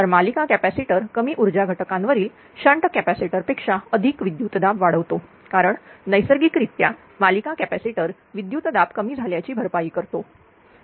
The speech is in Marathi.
तर मालिका कॅपॅसिटर कमी ऊर्जा घटकांवरील शंट कॅपॅसिटर पेक्षा अधिक विद्युतदाब वाढवतो कारण नैसर्गिकरित्या मालिका कॅपॅसिटर विद्युतदाब कमी झाल्याची भरपाई करतो